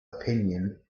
opinion